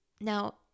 Now